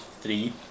three